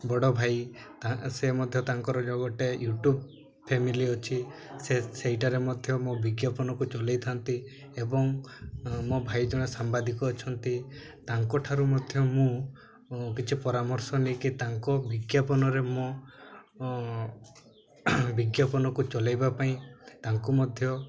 ବଡ଼ ଭାଇ ତା ସେ ମଧ୍ୟ ତାଙ୍କର ଯେଉଁ ଗୋଟେ ୟୁଟ୍ୟୁବ ଫ୍ୟାମିଲି ଅଛି ସେ ସେଇଟାରେ ମଧ୍ୟ ମୋ ବିଜ୍ଞାପନକୁ ଚଲେଇ ଥାନ୍ତି ଏବଂ ମୋ ଭାଇ ଜଣେ ସାମ୍ବାଦିକ ଅଛନ୍ତି ତାଙ୍କଠାରୁ ମଧ୍ୟ ମୁଁ କିଛି ପରାମର୍ଶ ନେଇକି ତାଙ୍କ ବିଜ୍ଞାପନରେ ମୋ ବିଜ୍ଞାପନକୁ ଚଲେଇବା ପାଇଁ ତାଙ୍କୁ ମଧ୍ୟ